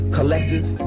Collective